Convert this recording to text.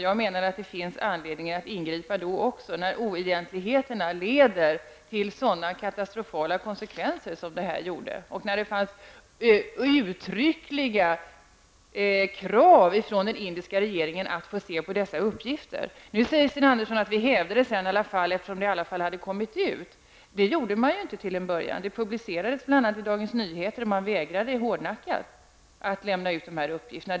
Jag menar att det finns anledning att ingripa när oegentligheterna leder till katastrofala sådana konsekvenser som i det här fallet och när det fanns uttryckliga krav från den indiska regeringen att få se på dessa uppgifter. Sten Andersson säger att man hävde sekretessen, eftersom uppgifterna i alla fall hade kommit ut. Det gjorde man ju inte till en början. Uppgifterna publicerades i bl.a. Dagens Nyheter och man vägrade hårdnackat att lämna ut uppgifterna.